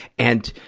and,